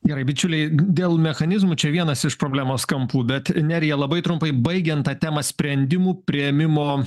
gerai bičiuliai dėl mechanizmų čia vienas iš problemos kampų bet nerija labai trumpai baigiant tą temą sprendimų priėmimo